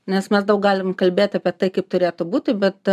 nes mes daug galim kalbėt apie tai kaip turėtų būti bet